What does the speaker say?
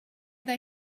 they